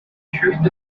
truth